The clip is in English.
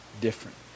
different